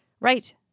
right